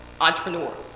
entrepreneur